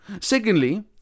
Secondly